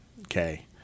Okay